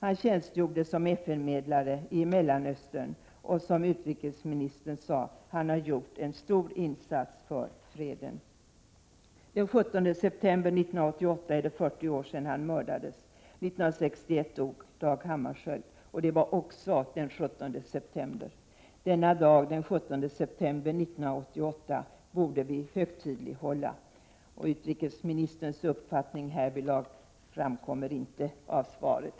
Han tjänstgjorde som FN-medlare i Mellanöstern, och han har, som utrikesministern sade, gjort en stor insats för freden. Den 17 september 1988 är det 40 år sedan Folke Bernadotte mördades. År 1961 dog Dag Hammarskjöld. Det var också den 17 september. Denna dag borde vi högtidlighålla den 17 september 1988. Utrikesministerns uppfatt ning härvidlag framkommer inte av svaret.